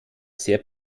sehr